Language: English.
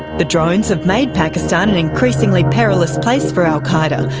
the drones have made pakistan an increasingly perilous place for al qaeda,